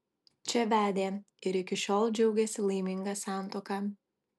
čia vedė ir iki šiol džiaugiasi laiminga santuoka